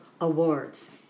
Awards